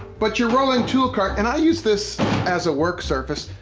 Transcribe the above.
but your rolling tool cart, and i use this as a work surface.